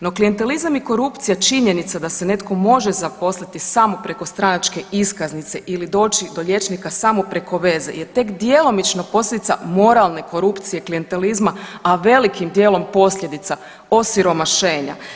No klijentelizam i korupcija činjenica da se netko može zaposliti samo preko stranačke iskaznice ili doći do liječnika samo preko veze je tek djelomično posljedica moralne korupcije klijentelizma, a velikim dijelom posljedica osiromašenja.